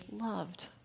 loved